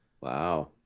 Wow